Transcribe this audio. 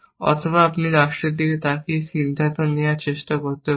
অথবা আপনি রাষ্ট্রের দিকে তাকিয়ে সিদ্ধান্ত নেওয়ার চেষ্টা করতে পারেন